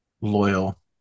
loyal